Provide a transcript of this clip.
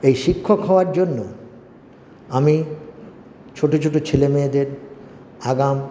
এই শিক্ষক হওয়ার জন্য আমি ছোটোছোটো ছেলেমেয়েদের আগাম